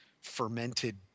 fermented